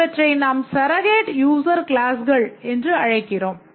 இவற்றை நாம் Surrogate user க்ளாஸ்கள் என்று அழைக்கின்றோம்